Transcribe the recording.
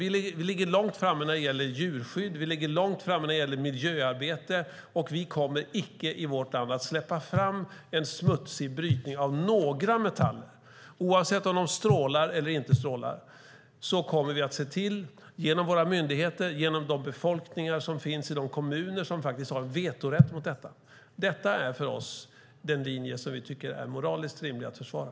Vi ligger långt framme när det gäller djurskydd och miljöarbete, och vi kommer icke i vårt land att släppa fram en smutsig brytning av några metaller. Oavsett om de strålar eller inte strålar kommer vi att se till, genom våra myndigheter och de befolkningar som finns i kommunerna som faktiskt har vetorätt mot detta, att en smutsig brytning inte släpps fram. Detta är för oss den linje som vi tycker är moraliskt rimlig att försvara.